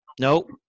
Nope